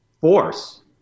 force